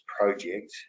project